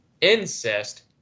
incest